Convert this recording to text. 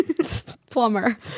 plumber